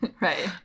Right